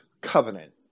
covenant